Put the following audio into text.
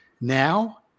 Now